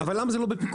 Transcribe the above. אז למה זה לא בפיקוח?